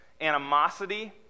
animosity